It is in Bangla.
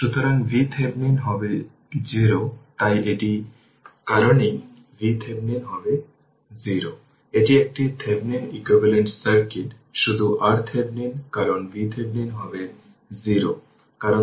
সুতরাং এটি বোধগম্য যে এই ইকুয়েশনটি 32 রিপ্রেজেন্ট করা যেতে পারে